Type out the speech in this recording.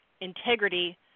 integrity